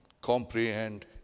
comprehend